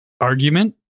argument